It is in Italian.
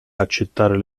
accettare